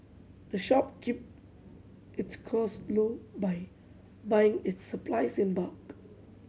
the shop keep its close low by buying its supplies in bulk